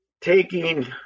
taking